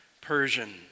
Persian